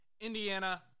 Indiana